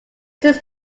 seems